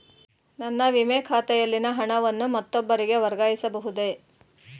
ನನ್ನ ವಿಮೆ ಖಾತೆಯಲ್ಲಿನ ಹಣವನ್ನು ಮತ್ತೊಬ್ಬರಿಗೆ ವರ್ಗಾಯಿಸ ಬಹುದೇ?